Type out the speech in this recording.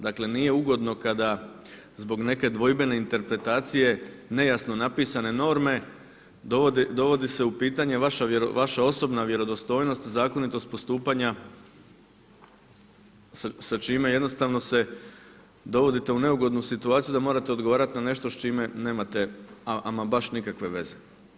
Dakle nije ugodno kada zbog neke dvojbene interpretacije, nejasno napisane norme dovodi se u pitanje vaša osobna vjerodostojnost i zakonitost postupanja sa čime jednostavno se dovodite u neugodnu situaciju da morate odgovarati na nešto s čime nemate ama baš nikakve veze.